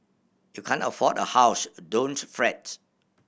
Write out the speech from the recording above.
if you can't afford a house don't fret